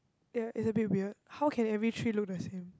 ya is a bit weird how can every tree look the same